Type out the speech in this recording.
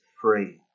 free